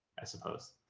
i suppose.